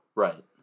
Right